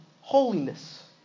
holiness